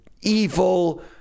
evil